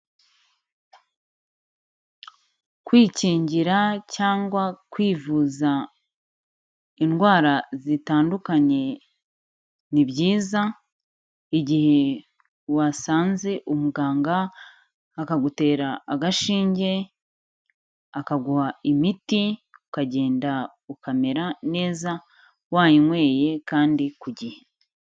Kwikingira cyangwa kwivuza indwara zitandukanye ni byiza, igihe wasanze umuganga akagutera agashinge, akaguha imiti, ukagenda ukamera neza, wayinyweye kandi ku gihe.